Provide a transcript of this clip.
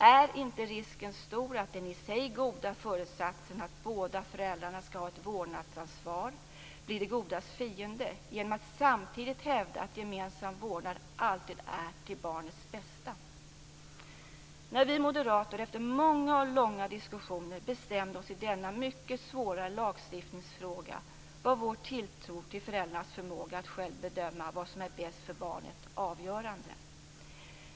Är inte risken stor att den i sig goda föresatsen att båda föräldrarna skall ha ett vårdnadsansvar bli det godas fiende genom att man samtidigt hävdar att gemensam vårdnad alltid är till barnets bästa? När vi moderater, efter många och långa diskussioner, bestämde oss i denna mycket svåra lagstiftningsfråga var vår tilltro till föräldrarnas förmåga att själva bedöma vad som är det bästa för barnet avgörande.